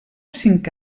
cinc